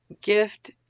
gift